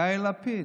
יאיר לפיד.